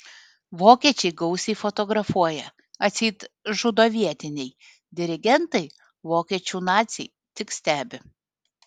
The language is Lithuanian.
vokiečiai gausiai fotografuoja atseit žudo vietiniai dirigentai vokiečių naciai tik stebi